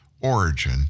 origin